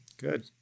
Good